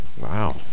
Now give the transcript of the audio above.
Wow